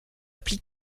plis